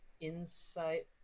insight